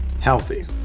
healthy